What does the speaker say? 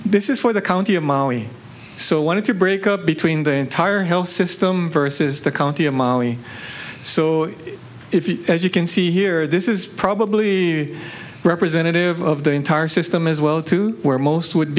this is for the county of mali so wanted to break up between the entire health system versus the county of mali so if you as you can see here this is probably representative of the entire system as well to where most would